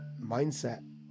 mindset